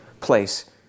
place